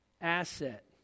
asset